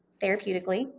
therapeutically